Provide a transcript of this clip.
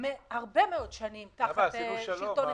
הרבה מאוד שנים תחת שלטון נתניהו.